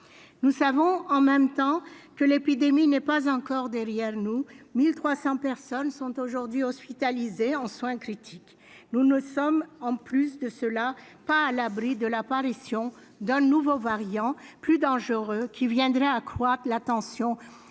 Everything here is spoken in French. nous le savons, l'épidémie n'est pas encore derrière nous, 1 300 personnes étant aujourd'hui hospitalisées en soins critiques. Par ailleurs, nous ne sommes pas à l'abri de l'apparition d'un nouveau variant plus dangereux, qui viendrait accroître la tension